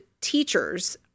teachers